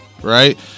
right